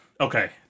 Okay